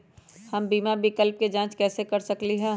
हम बीमा विकल्प के जाँच कैसे कर सकली ह?